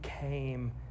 came